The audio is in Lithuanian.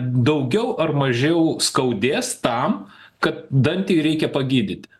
daugiau ar mažiau skaudės tam kad dantį reikia pagydyti